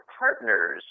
partners